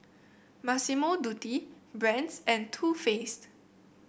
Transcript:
Massimo Dutti Brand's and Too Faced